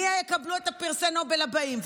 מי יקבלו את פרסי הנובל הבאים?